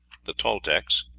the toltecs,